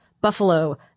buffalo